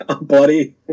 bloody